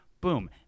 Boom